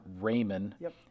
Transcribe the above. Raymond